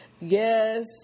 Yes